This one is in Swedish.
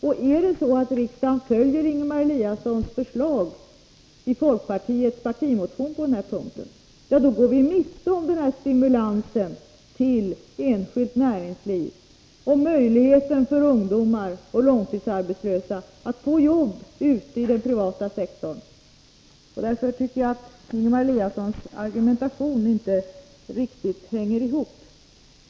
Om riksdagen följer Ingemar Eliassons förslag i folkpartiets partimotion på den här punkten, går vi miste om den här stimulansen till enskilt näringsliv och möjligheten för ungdomar och långtidsarbetslösa att få jobb ute i den privata sektorn. Därför tycker jag att Ingemar Eliassons argumentation inte riktigt hänger ihop.